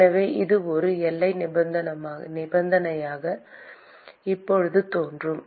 எனவே அது ஒரு எல்லை நிபந்தனையாக இப்போது தோன்றும்